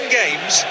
games